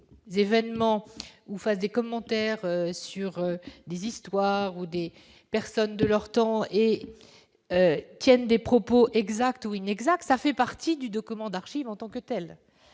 Des événements ou fasse des commentaires sur des histoires ou des personnes de leur temps et tiennent des propos exactes ou inexactes, ça fait partie du de commandes archives en tant que telle,